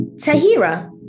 Tahira